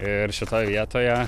ir šitoje vietoje